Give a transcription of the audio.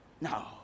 No